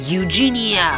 Eugenia